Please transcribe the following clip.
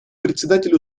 председатель